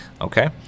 okay